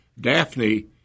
Daphne